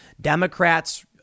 Democrats